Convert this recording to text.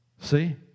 See